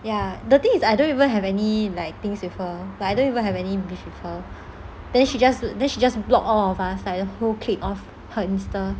ya the thing is I don't even have any like things with her but I don't even have any beef with her then she just then she just block all of us like the whole clique off her insta